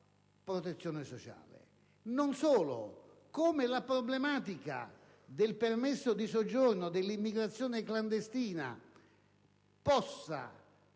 anche come la problematica del permesso di soggiorno e dell'immigrazione clandestina possa ritrovare